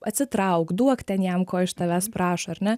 atsitrauk duok ten jam ko iš tavęs prašo ar ne